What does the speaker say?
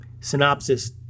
synopsis